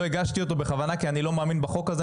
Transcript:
לא הגשתי אותו בכוונה כי אני לא מאמין בחוק הזה.